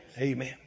Amen